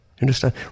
understand